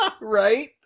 Right